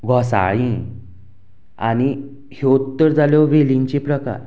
घोसाळीं आनी ह्योत तर जाल्यो वेलींचे प्रकार